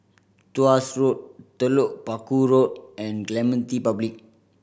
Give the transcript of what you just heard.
Tuas Road Telok Paku Road and Clementi Public